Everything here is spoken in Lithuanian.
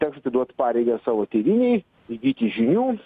teks atiduot pareigą savo tėvynei įgyti žinių